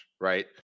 right